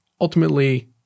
ultimately